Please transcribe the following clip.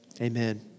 Amen